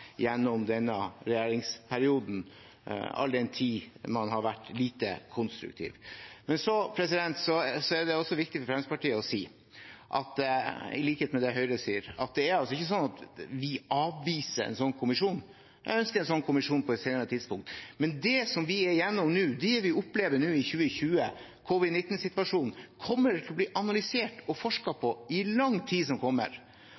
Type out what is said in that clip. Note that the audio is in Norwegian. gjennom denne regjeringsperioden, all den tid man har vært lite konstruktiv. Men så er det også viktig for Fremskrittspartiet å si, i likhet med det Høyre sier, at det ikke er sånn at vi avviser en sånn kommisjon. Jeg ønsker en sånn kommisjon på et senere tidspunkt. Men det vi er igjennom nå, det vi opplever nå i 2020, covid-19-situasjonen, kommer til å bli analysert og